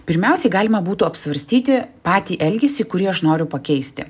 pirmiausiai galima būtų apsvarstyti patį elgesį kurį aš noriu pakeisti